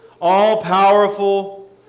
all-powerful